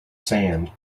sand